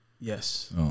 Yes